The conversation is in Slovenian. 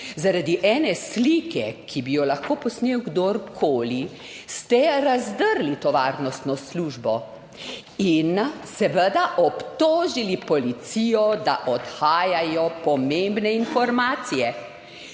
Zaradi ene slike, ki bi jo lahko posnel kdorkoli, ste razdrli to varnostno službo. In seveda obtožili policijo, da odhajajo pomembne informacije.